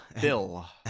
Bill